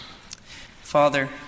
Father